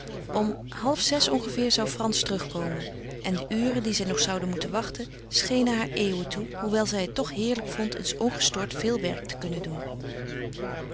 om halfzes ongeveer zou frans terugkomen en de uren die zij nog zoude moeten wachten schenen haar eeuwen toe hoewel zij het toch heerlijk vond eens ongestoord veel werk te kunnen doen